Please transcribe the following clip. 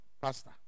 pastor